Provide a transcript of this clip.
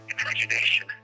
imagination